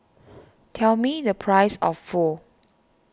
tell me the price of Pho